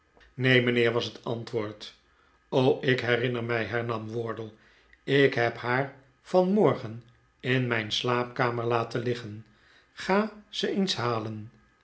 neen mijnheer was het antwoord o r ik herinner mij hernam wardle ik heb haar van morgen in mijn slaapkamer laten liggen ga ze eehs halen